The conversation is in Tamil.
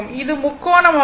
இது முக்கோணம் ஆகும்